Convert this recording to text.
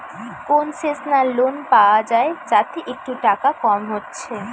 concessional loan পায়া যায় যাতে একটু টাকা কম হচ্ছে